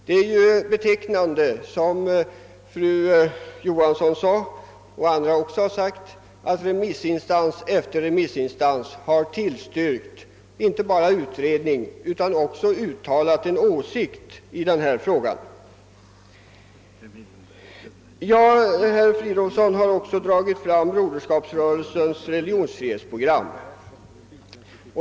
Det är ju betecknande, som fru Johansson och andra talare har nämnt, att remissinstans efter remissinstans inte bara har tillstyrkt en utredning utan också uttalat en positiv uppfattning för motionen. Herr Fridolfsson i Stockholm har också dragit fram Broderskapsrörelsens religionsfrihetsprogram.